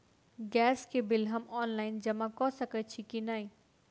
Gas केँ bill हम online जमा कऽ सकैत छी की नै?